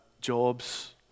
jobs